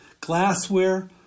glassware